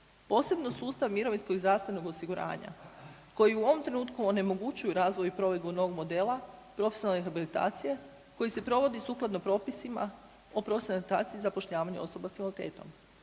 posebno sustav mirovinskog i zdravstvenog osiguranja koji u ovom trenutku onemogućuju razvoj i provedbu novog modela profesionalne rehabilitacije koji se provodi sukladno propisima o profesionalnoj .../Govornik se ne razumije./... zapošljavanja osoba s invaliditetom,